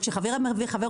וכשחבר מביא חבר,